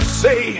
say